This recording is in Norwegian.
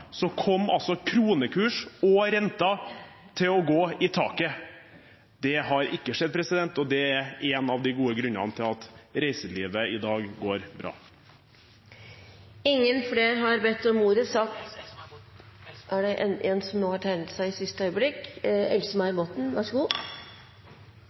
kom kronekurs og renter til å gå i taket. Det har ikke skjedd, og det er en av de gode grunnene til at reiselivet i dag går bra. Dette har vært en interessant debatt, og for å si det slik tror jeg alle i næringskomiteen er opptatt av at det